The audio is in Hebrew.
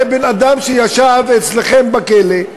זה בן-אדם שישב אצלכם בכלא,